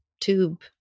tube